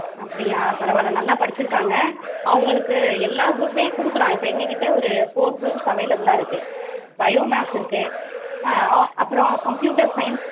அப்படியா பரவாயில்ல நல்லா படிச்சுருக்காங்க அவங்களுக்கு எல்லா குரூப்மே கொடுக்குலாம் இப்போ எங்ககிட்டே ஒரு ஃபோர் குரூப்ஸ் அவைலெபிள்ளாக இருக்குது பயோ மேக்ஸ் இருக்குது ஆ அப்புறம் கம்ப்யூட்டர் சயின்ஸ்